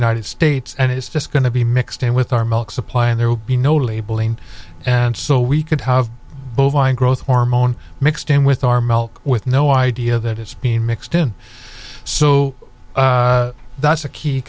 united states and it is just going to be mixed in with our milk supply and there will be no labeling and so we could have bovine growth hormone mixed in with our milk with no idea that it's being mixed in so that's a key